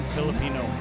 Filipino